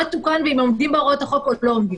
תוקן ואם הם עומדים בהוראות החוק או לא עומדים.